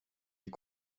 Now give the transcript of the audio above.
est